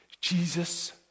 Jesus